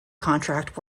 contract